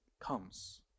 comes